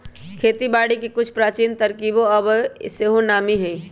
खेती बारिके के कुछ प्राचीन तरकिब आइयो सेहो नामी हइ